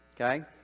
Okay